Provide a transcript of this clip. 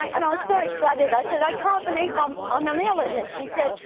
and i was so excited, i said, i can't believe um i'm on ellen. and she said,